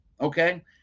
okay